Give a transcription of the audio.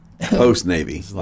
post-Navy